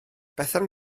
bethan